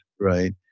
right